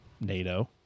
NATO